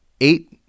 eight